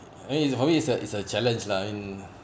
I mean I mean is a is a challenge lah I mean